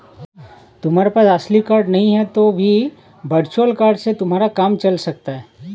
तुम्हारे पास असली कार्ड नहीं है तो भी वर्चुअल कार्ड से तुम्हारा काम चल सकता है